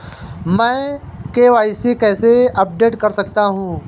मैं के.वाई.सी कैसे अपडेट कर सकता हूं?